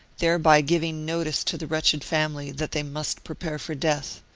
thereby giving notice to the wretched family that they must prepare for death.